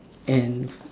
and